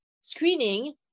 screening